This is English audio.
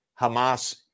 Hamas